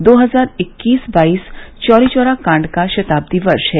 दो हजार इक्कीस बाईस चौरीचौरा काण्ड का शताब्दी वर्ष है